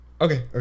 okay